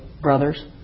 brothers